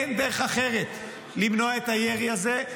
אין דרך אחרת למנוע את הירי הזה,